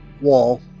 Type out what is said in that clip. wall